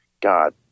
God